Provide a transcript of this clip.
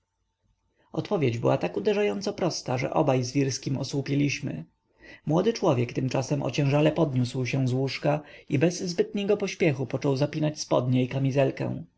odpowiedź była tak uderzająco prosta że obaj z wirskim osłupieliśmy młody człowiek tymczasem ociężale podniósł się z łóżka i bez zbytniego pośpiechu począł zapinać spodnie i kamizelkę